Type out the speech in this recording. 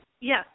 Yes